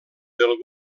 del